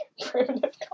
primitive